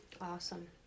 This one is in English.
Awesome